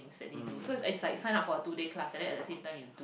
that they do so it's like you sign up for a two day class and then at the same time you